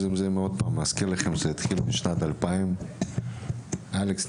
אני רוצה להזכיר לכם שזה התחיל בשנת 2000. אלכס,